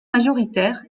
majoritaire